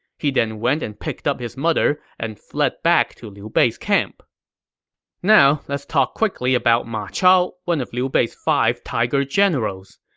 he then went and picked up his mother and fled back to liu bei's camp now let's talk quickly about ma chao, one of liu bei's five tiger generals.